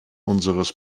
unseres